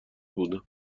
بودم